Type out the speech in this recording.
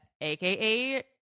aka